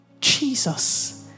Jesus